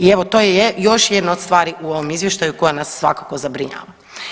I evo to je još jedno od stvari u ovom izvještaju koje nas svakako zabrinjavaju.